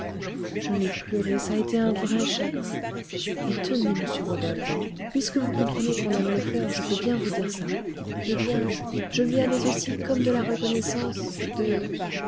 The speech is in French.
je l'ai pleuré ç'a été un vrai chagrin et tenez monsieur rodolphe puisque vous comprenez qu'on aime les fleurs je peux bien vous dire ça eh bien je lui avais aussi comme de la reconnaissance de